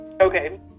Okay